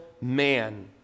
man